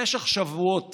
במשך שבועות